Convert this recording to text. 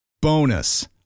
Bonus